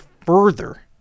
further